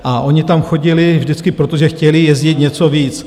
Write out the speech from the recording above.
A oni tam chodili vždycky proto, že chtěli jezdit něco víc.